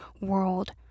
world